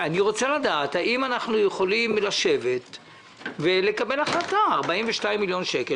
אני רוצה לדעת האם אנחנו יכולים לשבת ולקבל החלטה 42 מיליון שקלים,